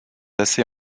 assez